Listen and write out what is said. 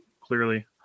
clearly